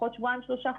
עוד שבועיים-שלושה,